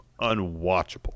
unwatchable